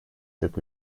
çok